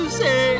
say